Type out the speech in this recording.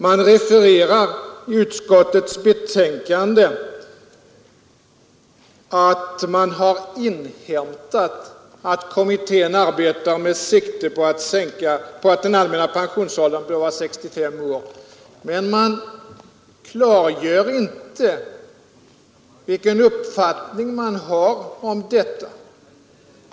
Man refererar i utskottets betänkande att man har inhämtat att kommittén arbetar med sikte på att den allmänna pensionsåldern bör vara 65 år, men man klargör inte vilken uppfattning man själv har om detta.